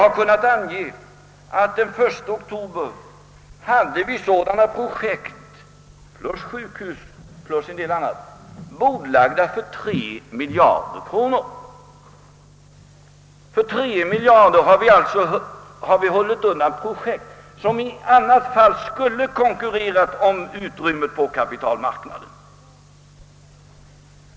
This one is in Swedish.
Den 1 oktober var sådana projekt plus sjukhus och en del annat för 3 miljarder kronor bordlagda. Vi har alltså hållit undan projekt som annars med 3 miljarder skulle ha konkurrerat om utrymmet på kapitalmarknaden.